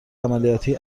عملیاتی